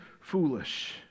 foolish